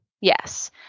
Yes